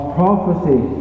prophecy